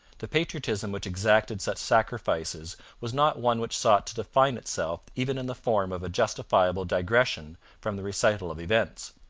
the patriotism which exacted such sacrifices was not one which sought to define itself even in the form of a justifiable digression from the recital of events.